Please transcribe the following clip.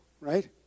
right